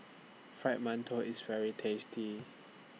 Fried mantou IS very tasty